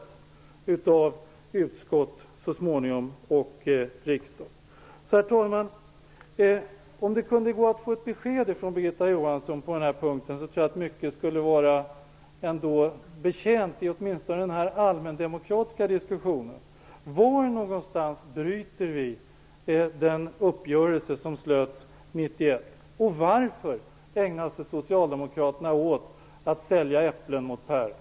Detta blev utskottets beslut och så småningom hela riksdagens. Herr talman! Jag tror att vi skulle vara betjänta av om det gick att få ett besked från Birgitta Johansson på denna punkt. Det gäller åtminstone den allmändemokratiska diskussionen. I vilket avseende bryter vi mot den uppgörelse som gjordes 1991? Varför ägnar sig Socialdemokraterna åt att sälja äpplen mot päron?